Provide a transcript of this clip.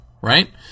right